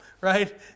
right